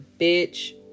bitch